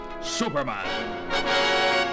Superman